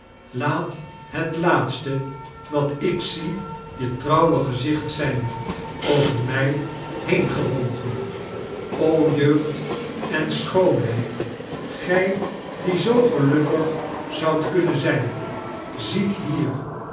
laat het laatste wat kekstvertellingen ik zie je trouwe gezicht zijn over mij heengebogen o jeugd en schoonheid gij die zoo gelukkig zoudt kunnen zijn ziet hier